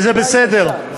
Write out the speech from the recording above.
וזה בסדר,